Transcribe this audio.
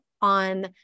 on